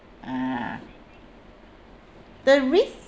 ah the risk